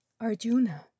Arjuna